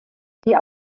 die